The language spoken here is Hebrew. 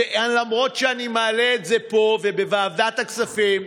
אני מעלה את זה פה ובוועדת הכספים,